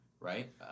Right